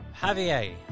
javier